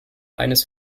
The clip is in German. eines